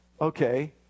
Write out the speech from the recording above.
Okay